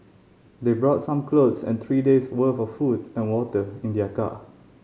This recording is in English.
they brought some clothes and three day's worth of food and water in their car